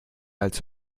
als